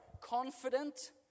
confident